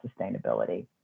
sustainability